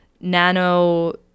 nano